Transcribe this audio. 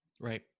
Right